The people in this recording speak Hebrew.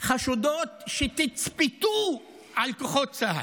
חשודות שתצפתו על כוחות צה"ל.